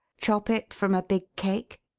chop it from a big cake?